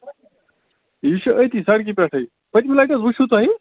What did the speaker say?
یہِ چھُ أتی سڑکہِ پٮ۪ٹھٕے پٔتمہِ لَٹہِ حظ وُچھو تۄہہِ